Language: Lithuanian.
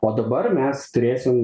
o dabar mes turėsim